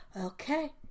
okay